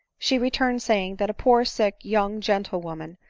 she returned, saying that a poor sick young gentlewo man,